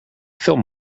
film